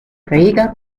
reger